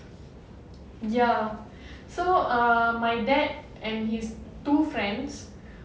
ya so ah my dad and his two friends